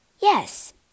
Yes